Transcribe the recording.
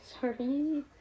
sorry